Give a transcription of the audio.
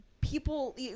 people